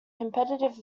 competitive